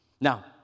Now